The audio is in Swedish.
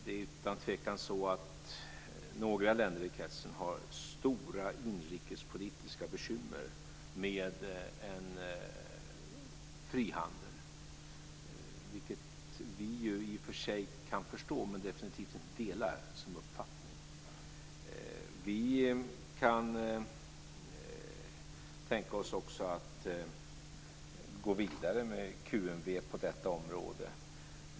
Det är utan tvekan så att några länder i kretsen har stora inrikespolitiska bekymmer med frihandeln, vilket vi i och för sig kan förstå men definitivt inte delar som uppfattning. Vi kan också tänka oss att gå vidare med QMV på detta område.